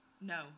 No